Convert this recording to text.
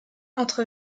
entre